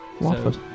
Watford